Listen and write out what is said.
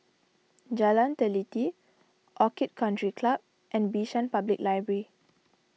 Jalan Teliti Orchid Country Club and Bishan Public Library